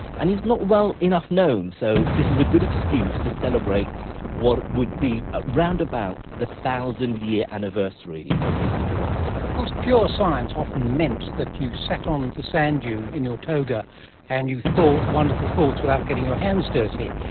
and he is not well enough known, so this is a good excuse to celebrate what would be around about the one thousand year anniversary of his book of optics. of course pure science often meant that you sat on the sand dune in your toga and you thought wonderful thoughts without getting your hands dirty,